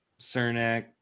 Cernak